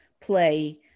play